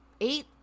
eight